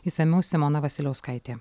išsamiau simona vasiliauskaitė